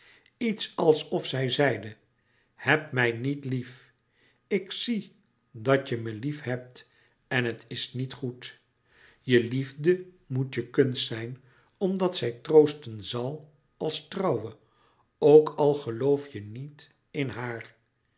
iets alsof zij zeide heb mij niet lief ik zie dat je me lief hebt en het is niet goed louis couperus metamorfoze je liefde moet je kunst zijn omdat zij troosten zal als trouwe ook al geloof je niet in haar